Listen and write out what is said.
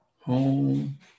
home